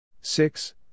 six